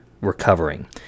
recovering